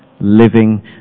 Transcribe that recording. living